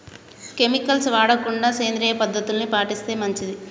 chemicals వాడకుండా సేంద్రియ పద్ధతుల్ని పాటిస్తే మంచిది